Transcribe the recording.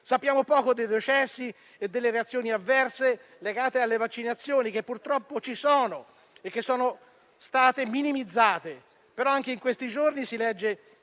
Sappiamo poco dei decessi e delle reazioni avverse legate alle vaccinazioni, che purtroppo ci sono e sono stati minimizzati. Tuttavia, anche in questi giorni si legge